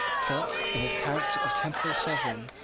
felt, in his character of temporal sovereign,